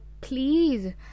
please